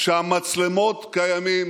חברת הכנסת זנדברג.